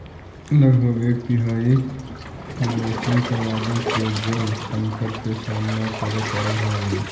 लगभग एक तिहाई वैश्विक आबादी के जल संकट के सामना करे पड़ऽ हई